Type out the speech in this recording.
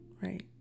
right